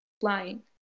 flying